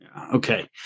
Okay